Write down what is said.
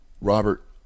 Robert